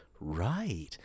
right